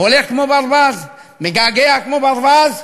הולך כמו ברווז, מגעגע כמו ברווז,